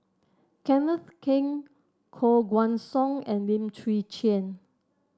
Kenneth Keng Koh Guan Song and Lim Chwee Chian